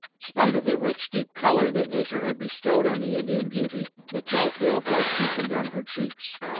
spite of the rich deep colour that nature had bestowed on the indian beauty, the tell-tale blood deepened on her cheeks,